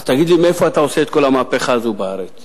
אז תגיד לי: מאיפה אתה עושה את כל המהפכה הזו בארץ?